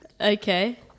Okay